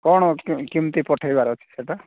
କ'ଣ କେମିତି ପଠାଇବାର ଅଛି ସେଇଟା